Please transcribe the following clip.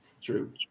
True